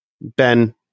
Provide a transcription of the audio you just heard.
Ben